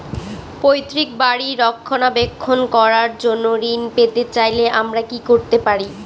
পৈত্রিক বাড়ির রক্ষণাবেক্ষণ করার জন্য ঋণ পেতে চাইলে আমায় কি কী করতে পারি?